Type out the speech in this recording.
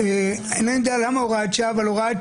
אינני יודע למה הוראת שעה,